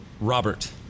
Robert